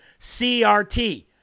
CRT